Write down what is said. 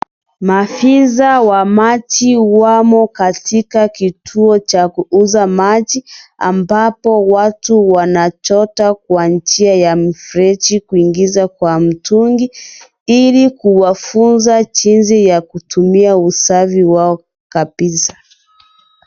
Maafisa wa maji wamo katika kituo cha kuuza maji, ambapo watu wanachota kwa njia ya mfereji kuingiza kwa mtungi ili kuwafunza jinzi ya kutumia usafi wao kabisa.